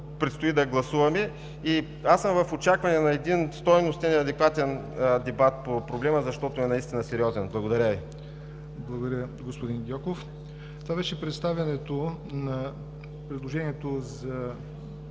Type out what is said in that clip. предстои да гласуваме. Аз съм в очакване на един стойностен и адекватен дебат по проблема, защото е наистина сериозен. Благодаря Ви. ПРЕДСЕДАТЕЛ ЯВОР НОТЕВ: Благодаря, господин Гьоков. Това беше представянето на предложението за